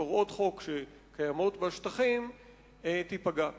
ופורעות חוק שקיימות בשטחים תיפגע.